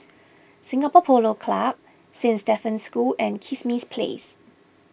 Singapore Polo Club Saint Stephen's School and Kismis Place